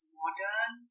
modern